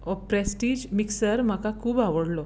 हो Prestige mixer म्हाका खूब आवडलो